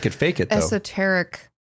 esoteric